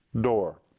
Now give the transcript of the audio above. door